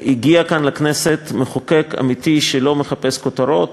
הגיע לכאן, לכנסת, מחוקק אמיתי, שלא מחפש כותרות,